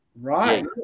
right